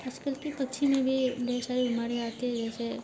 आज कल के पक्षी में भी ढेर सारी बीमारियाँ आती हैं जैसे